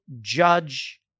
judge